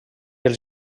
els